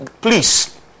Please